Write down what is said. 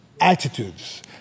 Attitudes